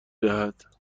دهد